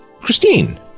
Christine